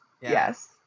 yes